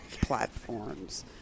platforms